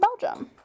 Belgium